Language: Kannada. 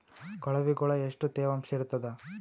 ಕೊಳವಿಗೊಳ ಎಷ್ಟು ತೇವಾಂಶ ಇರ್ತಾದ?